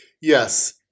Yes